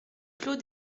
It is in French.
clos